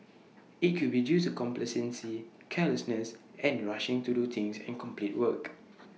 IT could be due to complacency carelessness and rushing to do things and complete work